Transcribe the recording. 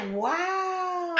wow